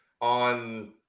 on